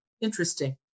interesting